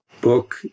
Book